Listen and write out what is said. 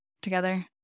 together